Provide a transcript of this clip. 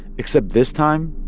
except this time,